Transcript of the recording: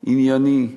ענייני,